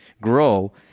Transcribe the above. grow